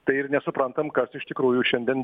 tai ir nesuprantam kas iš tikrųjų šiandien